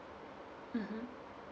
mm